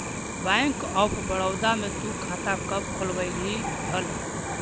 bank of Baroda में तु खाता कब खुलवैल्ही हल